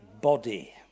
body